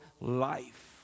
life